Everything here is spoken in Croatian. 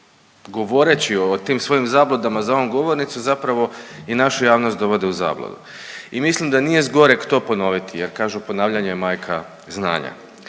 govoreći o tim svojim zabludama za ovom govornicom zapravo i našu javnost dovode u zabludu. I mislim da nije zgoreg to ponoviti jer kažu ponavljanje je majka znanja.